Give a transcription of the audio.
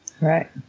Right